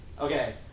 Okay